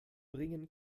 bringen